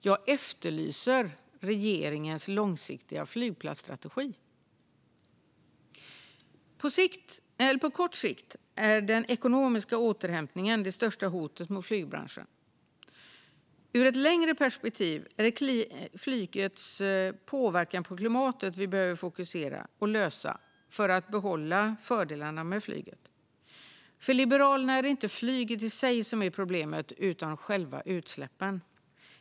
Jag efterlyser regeringens långsiktiga flygplatsstrategi. På kort sikt är den ekonomiska återhämtningen den största utmaningen för flygbranschen. Ur ett längre perspektiv är det flygets påverkan på klimatet som vi behöver fokusera på och lösa för att behålla fördelarna med flyget. För Liberalerna är det inte flyget i sig som är problemet utan själva utsläppen.